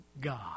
God